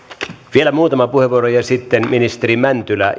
vielä muutama puheenvuoro ja sitten ministeri mäntylä